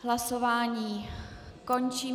Hlasování končím.